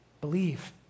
Believe